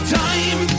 time